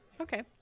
Okay